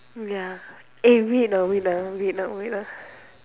ya eh wait ah wait ah wait ah wait ah